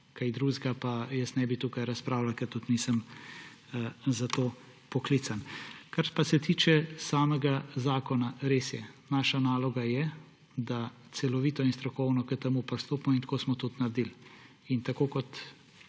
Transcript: čem drugem pa ne bi tukaj razpravljal, ker tudi nisem za to poklican. Kar pa se tiče samega zakona. Res je, naša naloga je, da celovito in strokovno k temu pristopimo in tako smo tudi naredili. In tako kot